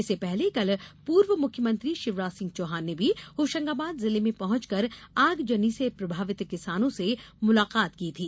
इसके पहले कल पूर्व मुख्यमंत्री शिवराज सिंह चौहान ने भी होशंगाबाद जिले में पहुंचकर आगजनी से प्रभावित किसानों से मुलाकात की थी